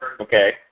Okay